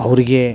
ಅವ್ರಿಗೆ